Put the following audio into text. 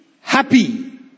happy